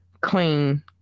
clean